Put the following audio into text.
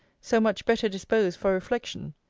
so much better disposed for reflection!